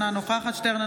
אינה נוכחת אלעזר שטרן,